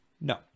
no